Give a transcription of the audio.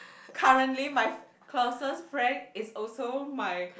currently my closest friend is also my